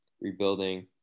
rebuilding